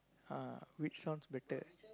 ah which sounds better